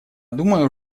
думаю